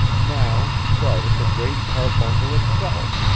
now right at the great carbuncle itself,